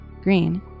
green